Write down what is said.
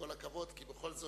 כל הכבוד,